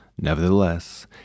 Nevertheless